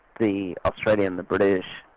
the australian, the british,